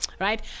Right